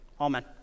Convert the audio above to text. Amen